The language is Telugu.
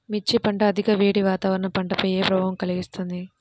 మిర్చి పంట అధిక వేడి వాతావరణం పంటపై ఏ ప్రభావం కలిగిస్తుంది?